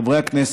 חברי הכנסת,